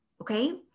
okay